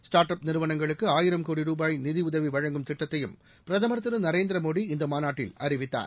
start up நிறுவனங்களுக்கு ஆயிரம் கோடி ரூபாய் நிதியிதவி வழங்கும் திட்டத்தையும் பிரதமர் திரு நரேந்திர மோடி இந்த மாநாட்டில் அறிவித்தார்